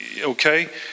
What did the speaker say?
okay